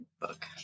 book